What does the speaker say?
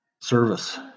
service